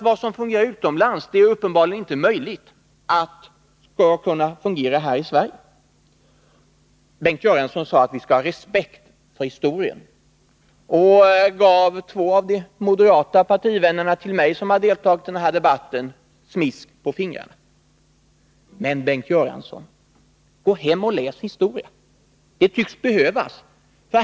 Vad som fungerar utomlands skulle uppenbarligen inte kunna fungera här i Sverige. Bengt Göransson sade att vi skall ha respekt för historien och gav två av de moderata partivänner till mig som har deltagit i den här debatten smisk på fingrarna. Men, Bengt Göransson, gå hem och läs historia — det tycks behövas.